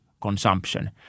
consumption